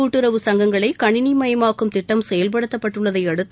கூட்டுறவு சங்கங்களை கணினி மயமாக்கும் திட்டம் செயல்படுத்தப்பட்டுள்ளதையடுத்து